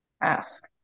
ask